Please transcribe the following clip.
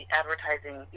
advertising